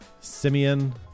simeon